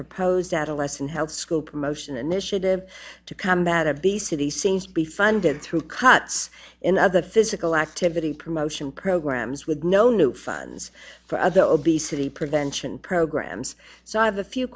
proposed adolescent house school promotion initiative to combat obesity seems to be funded through cuts in other physical activity promotion programs with no new funds for other obesity prevention programs so i have a few